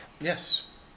Yes